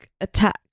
attack